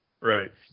Right